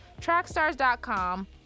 trackstars.com